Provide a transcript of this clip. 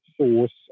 source